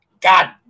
God